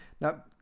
now